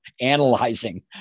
analyzing